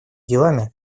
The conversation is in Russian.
делами